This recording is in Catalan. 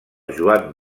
joan